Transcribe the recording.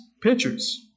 pictures